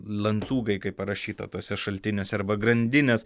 lancūgai kaip parašyta tuose šaltiniuose arba grandinės